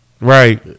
right